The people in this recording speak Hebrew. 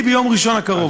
ביום ראשון הקרוב,